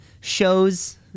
shows